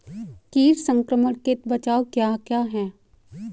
कीट संक्रमण के बचाव क्या क्या हैं?